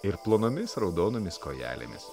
ir plonomis raudonomis kojelėmis